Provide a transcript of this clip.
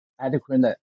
adequate